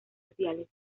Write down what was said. sociales